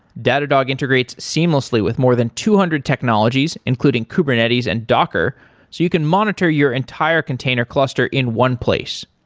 datadog integrates seamlessly with more than two hundred technologies, including kubernetes and docker, so you can monitor your entire container cluster in one place.